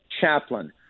chaplain